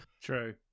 true